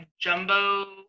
jumbo